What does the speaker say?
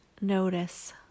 notice